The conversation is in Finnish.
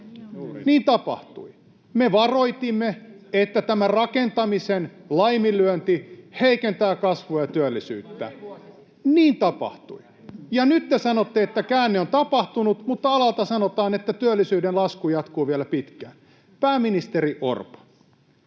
Niin tapahtui. Me varoitimme, että tämä rakentamisen laiminlyönti heikentää kasvua ja työllisyyttä. [Miapetra Kumpula-Natri: Yli vuosi sitten!] Niin tapahtui. Ja nyt te sanotte, että käänne on tapahtunut, mutta alalta sanotaan, että työllisyyden lasku jatkuu vielä pitkään. Pääministeri Orpo,